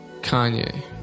kanye